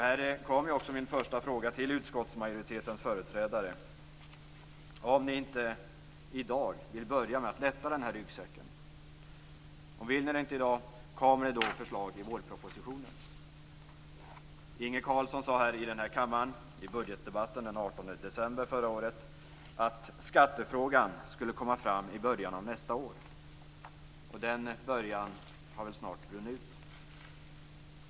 Här kommer min första fråga till utskottsmajoritetens företrädare: Om ni inte i dag vill börja med att lätta den här ryggsäcken, om det inte vinner i dag, kommer det då förslag i vårpropositionen? 18 december förra året att skattefrågan skulle komma fram i början av nästa år. Den "början" har väl snart runnit ut.